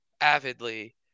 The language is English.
avidly